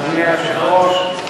אדוני היושב-ראש,